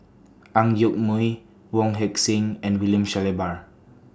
Ang Yoke Mooi Wong Heck Sing and William Shellabear